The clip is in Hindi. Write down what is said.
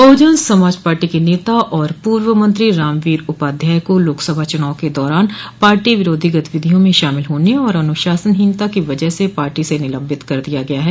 बहुजन समाज पार्टी के नेता और पूर्व मंत्री रामवीर उपाध्याय को लोकसभा चुनाव के दौरान पार्टी विरोधी गतिविधियों में शामिल होने और अनुशासनहीनता की वजह से पार्टी से निलम्बित कर दिया गया है